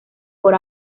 por